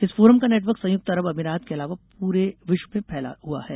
इस फोरम का नेटवर्क संयुक्त अरब अमीरात के अलावा पूरे विश्व में फैला हुआ है